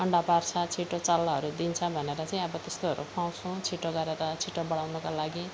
अन्डा पार्छ छिटो चल्लाहरू दिन्छ भनेर चाहिँ अब त्यस्तोहरू पाउँछौँ छिटो गरेर छिटो बढाउनको लागि